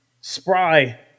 spry